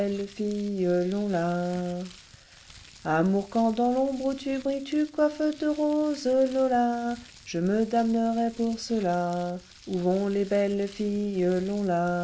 les belles filles amour quand dans l'ombre où tu brilles tu coiffes de roses lola je me damnerais pour cela où vont les belles filles